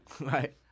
Right